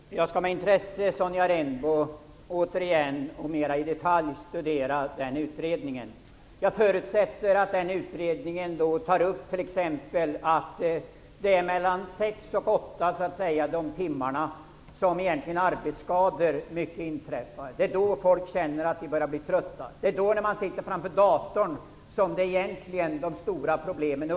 Herr talman! Jag skall med intresse, Sonja Rembo, återigen och mer i detalj studera den utredningen. Jag förutsätter att den utredningen då tar upp t.ex. att det är mellan kl. 6 och kl. 8 som arbetskadorna oftast inträffar. Det är då människor känner att de börjar bli trötta. När de sitter framför datorn, uppkommer de stora problemen.